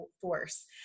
force